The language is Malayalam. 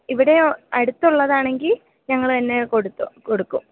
ഇവിടെ അടുത്തുള്ളതാണെങ്കിൽ ഞങ്ങൾ തന്നേ കൊടുത്തൊ കൊടുക്കും